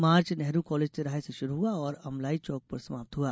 मार्च Nehru college तिराहे से शुरु हुआ और अमलाई चौक पर समाप्त हुआ